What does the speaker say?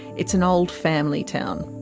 it's an old family town.